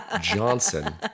Johnson